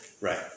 Right